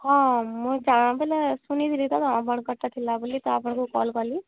ହଁ ମୁଇଁ ଜାଣ ବୋଲେ ଶୁଣିଥିଲି ତ ଆପଣଙ୍କରଟା ଥିଲା ବୋଲି ତ ଆପଣଙ୍କୁ କଲ୍ କଲି